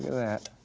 that.